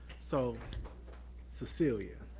so cecilia,